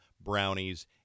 brownies